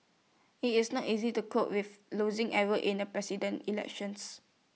IT is not easy to cope with losing in A president elections